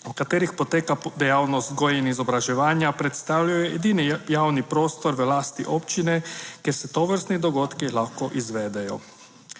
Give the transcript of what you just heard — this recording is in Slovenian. v katerih poteka dejavnost vzgoje in izobraževanja, predstavljajo edini javni prostor v lasti občine, kjer se tovrstni dogodki lahko izvedejo.